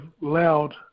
loud